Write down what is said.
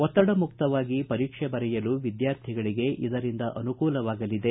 ಒತ್ತಡಮುಕ್ತವಾಗಿ ಪರೀಕ್ಷೆ ಬರೆಯಲು ವಿದ್ಯಾರ್ಥಿಗಳಿಗೆ ಇದರಿಂದ ಅನುಕೂಲವಾಗಲಿದೆ